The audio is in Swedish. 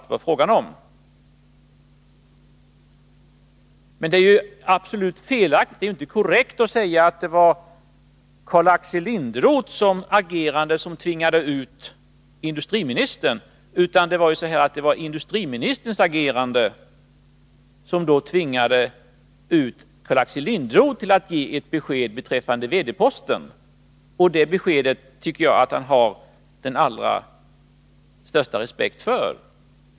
Det är alltså inte korrekt att säga att det var Karl-Axel Linderoths agerande som tvingade ut industriministern; det var ju i stället industriministerns eget agerande, som tvingade ut Karl-Axel Linderoth att ge ett besked beträffande VD-posten — och det beskedet tycker jag att man bör ha den allra största respekt för.